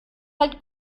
halt